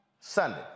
Sunday